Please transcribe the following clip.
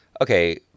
okay